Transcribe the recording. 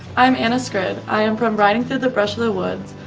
i'm anna skryd. i am from riding through the brush of the woods,